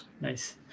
Nice